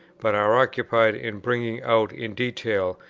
but are occupied in bringing out in detail,